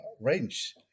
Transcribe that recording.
range